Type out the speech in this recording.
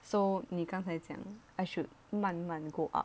so 你刚才讲 I should 慢慢的 go up